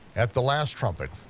at the last trumpet,